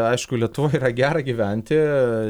aišku lietuvoj yra gera gyventi